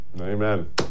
Amen